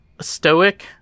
stoic